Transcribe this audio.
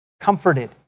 Comforted